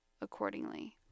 accordingly